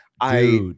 I-